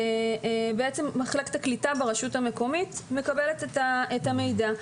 מחלקת הקליטה ברשות המקומית מקבלת את המידע.